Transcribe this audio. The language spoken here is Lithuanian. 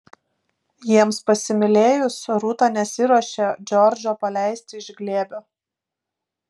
jiems pasimylėjus rūta nesiruošė džordžo paleisti iš glėbio